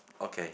okay